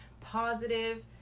positive